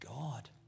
God